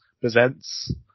presents